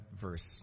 verse